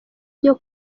byo